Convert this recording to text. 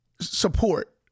support